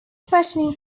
threatening